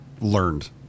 learned